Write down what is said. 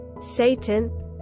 Satan